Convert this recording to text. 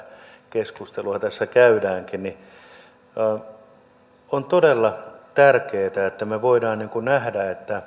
keskustelua tässä käydäänkin että on todella tärkeätä että me voimme nähdä